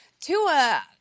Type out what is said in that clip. Tua